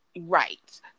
right